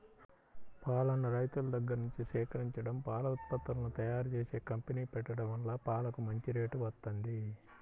పాలను రైతుల దగ్గర్నుంచి సేకరించడం, పాల ఉత్పత్తులను తయ్యారుజేసే కంపెనీ పెట్టడం వల్ల పాలకు మంచి రేటు వత్తంది